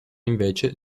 invece